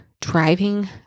driving